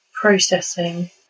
processing